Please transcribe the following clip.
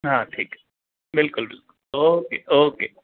हा ठीकु आहे बिल्कुलु बिल्कुलु ओके ओके